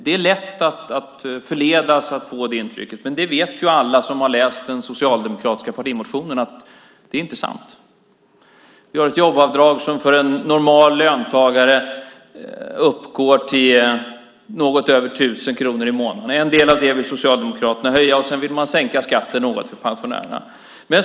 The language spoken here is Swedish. Det är lätt att förledas att få det intrycket, men alla som läst den socialdemokratiska partimotionen vet att det inte är sant. Vi har ett jobbavdrag som för en normal löntagare uppgår till något över 1 000 kronor i månaden. En del av det vill Socialdemokraterna höja, och sedan vill man sänka skatten något för pensionärerna.